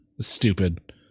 stupid